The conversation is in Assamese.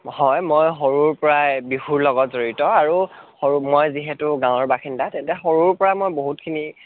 হয় মই সৰুৰ পৰাই বিহুৰ লগত জড়িত আৰু সৰু মই যিহেতু গাঁৱৰ বাসিন্দা তেন্তে সৰুৰ পৰা মই বহুতখিনি